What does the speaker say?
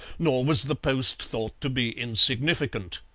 nor was the post thought to be insignificant.